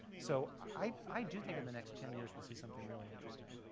so i do think in the next ten years we'll see something really interesting.